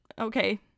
okay